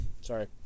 Sorry